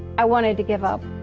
i wanted to give up.